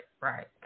right